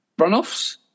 runoffs